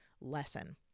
lesson